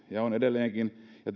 ja on edelleenkin ja